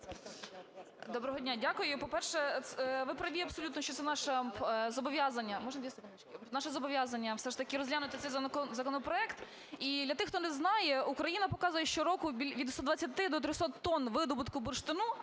Доброго дня! Дякую. І, по-перше, ви праві абсолютно, що це наше зобов'язання… Можна дві секундочки? Наше зобов'язання – все ж таки розглянути цей законопроект. І для тих, хто не знає, Україна показує щороку від 120 до 300 тонн видобутку бурштину,